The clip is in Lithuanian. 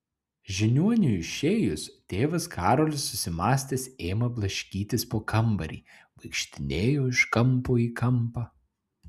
žiniuoniui išėjus tėvas karolis susimąstęs ėmė blaškytis po kambarį vaikštinėjo iš kampo į kampą